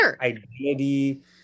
identity